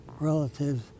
relatives